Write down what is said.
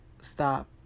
stop